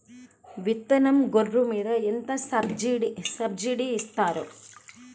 విత్తనం గొర్రు మీద ఎంత సబ్సిడీ ఇస్తారు?